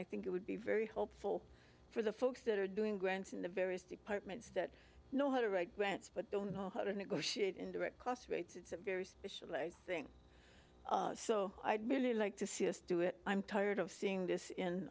i think it would be very helpful for the folks that are doing grants in the various departments that know how to write grants but don't know how to negotiate indirect cost rates it's a very specialized thing so i merely like to see us do it i'm tired of seeing this in